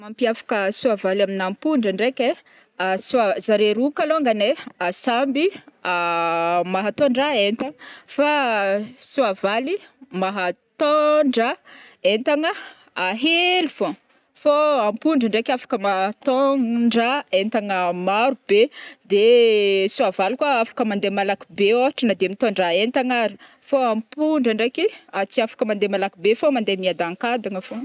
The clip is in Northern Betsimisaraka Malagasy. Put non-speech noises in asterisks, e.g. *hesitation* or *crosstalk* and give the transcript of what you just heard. Mamipavaka soavaly amin'ampondra ndraiky ai *hesitation* soa *hesitation* zareo roa kalongany samby mahatôndra entana fa soavaly maha *hesitation* tôndra entana hely fogna fo ampondra ndraiky afaka mahatô *hesitation* ndra entana marobe de soavaly koa afaka mandeha malaky be ôhatra nade mitondra entana ara, fo ampondra ndreky tsy afaka mandeha malaky be fa mandeha miadankadagna fogno.